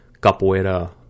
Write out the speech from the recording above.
capoeira